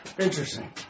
Interesting